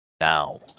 now